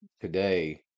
today